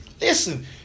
Listen